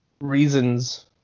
reasons